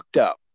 up